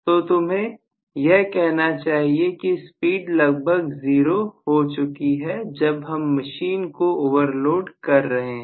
तो तुम्हें यह कहना चाहिए कि स्पीड लगभग 0 हो चुकी है जब हम मशीन को ओवरलोड कर रहे हैं